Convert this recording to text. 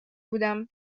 بودم